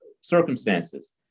circumstances